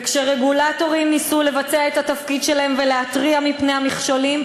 וכשרגולטורים ניסו לבצע את התפקיד שלהם ולהתריע מפני המכשולים,